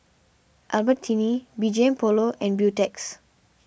Albertini B G M Polo and Beautex